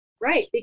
Right